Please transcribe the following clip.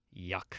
Yuck